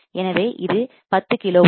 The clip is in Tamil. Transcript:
எனவே இது 10 கிலோ ஓம்ஸ் ஆகும்